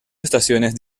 estaciones